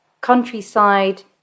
countryside